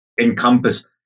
encompass